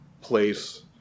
place